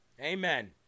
Amen